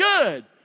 good